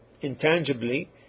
intangibly